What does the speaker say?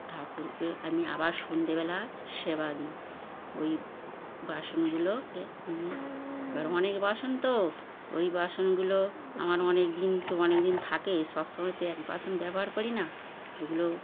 ঠাকুরকে আমি আবার সন্ধেবেলা সেবা দিই ওই বাসনগুলোকে নিয়ে এবার অনেক বাসন তো ওই বাসনগুলো আমার অনেক দিন তো অনেক দিন থাকে সবসময় তো এক বাসন ব্যবহার করি না ওগুলো